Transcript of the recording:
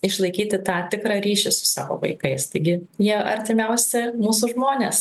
išlaikyti tą tikrą ryšį su savo vaikais taigi jie artimiausi mūsų žmonės